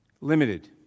limited